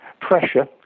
pressure